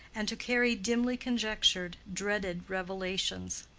and to carry dimly-conjectured, dreaded revelations.